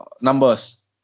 numbers